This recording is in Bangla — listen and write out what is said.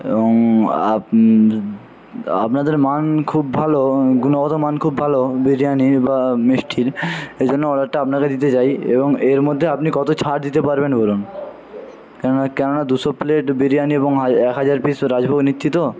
এবং আপনাদের মান খুব ভালো গুণগত মান খুব ভালো বিরিয়ানির বা মিষ্টির এই জন্য অর্ডারটা আপনাকে দিতে চাই এবং এর মধ্যে আপনি কত ছাড় দিতে পারবেন বলুন কেন না কেন না দুশো প্লেট বিরিয়ানি এবং এক হাজার পিস রাজভোগ নিচ্ছি তো